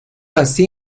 así